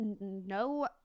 no